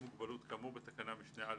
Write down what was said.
עם מוגבלות שכלית הושג בעקבות עתירה שהגשנו.